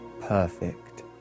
Perfect